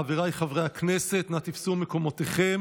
חבריי חברי הכנסת, נא תפסו מקומותיכם.